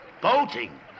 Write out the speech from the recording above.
Boating